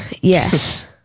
Yes